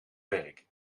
werk